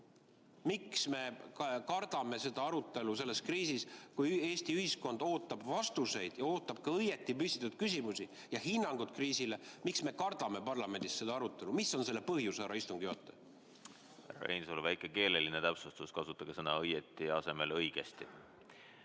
Miks me kardame seda arutelu selles kriisis, kui Eesti ühiskond ootab vastuseid ja ootab ka õieti püstitatud küsimusi ja hinnangut kriisile? Miks me kardame parlamendis seda arutelu? Mis on selle põhjus, härra istungi juhataja? Härra Reinsalu! Väike keeleline täpsustus: kasutage sõna "õieti" asemel sõna